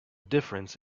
difference